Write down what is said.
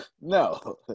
No